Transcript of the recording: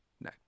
No